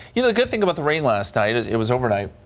you know the good thing about the rain last night as it was overnight.